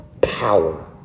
power